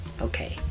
Okay